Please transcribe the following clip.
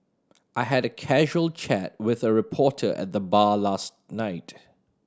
I had a casual chat with a reporter at the bar last night